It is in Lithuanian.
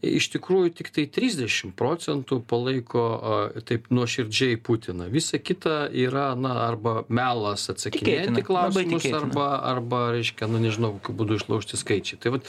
iš tikrųjų tiktai trisdešim procentų palaiko taip nuoširdžiai putiną visa kita yra na arba melas atsakinėjant į klausimus arba arba reiškia nu nežinau kokiu būdu išlaužti skaičiai tai vat